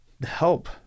help